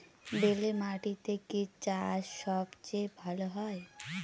বেলে মাটিতে কি চাষ সবচেয়ে ভালো হয়?